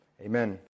Amen